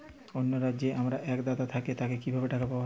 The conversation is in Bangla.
অন্য রাজ্যে আমার এক দাদা থাকে তাকে কিভাবে টাকা পাঠাবো?